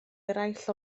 eraill